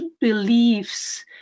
beliefs